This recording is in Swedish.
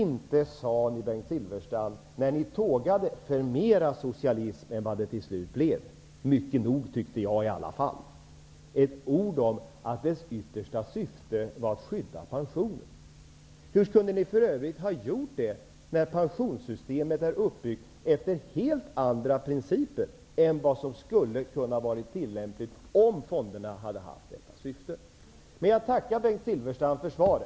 När ni tågade för mera socialism än vad det till slut blev -- det var mycket nog, tyckte jag -- sade ni väl inte ett ord om att löntagarfondernas yttersta syfte var att skydda pensionerna. Hur kunde ni för övrigt ha gjort det, när pensionssystemet är uppbyggt efter helt andra principer än vad som skulle ha kunnat vara tillämpligt om fonderna hade haft detta syfte? Jag tackar i alla fall Bengt Silfverstrand för svaret.